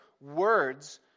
words